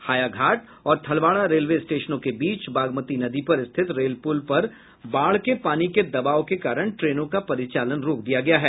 हायाघाट और थलवाड़ा रेलवे स्टेशनों के बीच बागमती नदी पर स्थित रेल पूल पर बाढ़ के पानी के दबाव के कारण ट्रेनों का परिचालन रोक दिया गया है